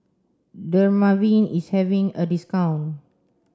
Dermaveen is having a discount